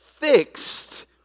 fixed